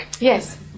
Yes